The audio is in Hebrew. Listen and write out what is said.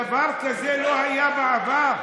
דבר כזה לא היה בעבר,